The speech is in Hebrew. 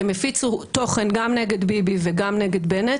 הם הפיצו תוכן גם נגד ביבי וגם נגד בנט,